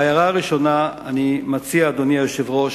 ההערה הראשונה, אני מציע, אדוני היושב-ראש,